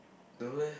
don't leh